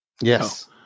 Yes